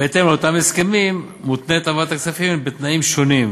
בהתאם לאותם הסכמים מותנית העברת הכספים בתנאים שונים,